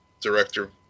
director